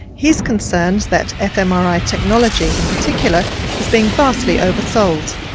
he's concerned that fmri technology in particular is being vastly oversold.